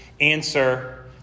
answer